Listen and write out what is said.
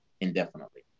indefinitely